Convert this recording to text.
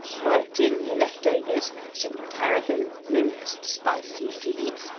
worked in the leftovers, some tarragon, mint, spicy seeds,